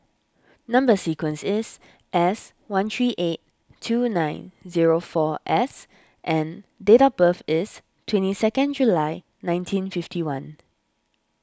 Number Sequence is S one three eight two nine zero four S and date of birth is twenty second July nineteen fifty one